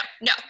no